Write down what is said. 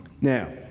Now